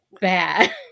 bad